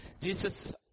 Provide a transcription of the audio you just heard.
Jesus